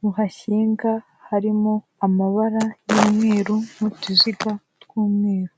ruhashinga harimo amabara y'umweru n'utuziga tw'umweru.